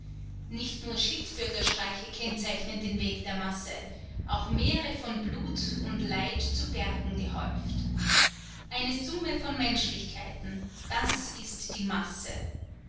nicht nur schildbürgerstreiche kennzeichnen den weg der masse auch meere von blut und leid zu bergen gehäuft eine summe von menschlichkeiten das ist die masse